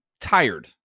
tired